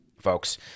folks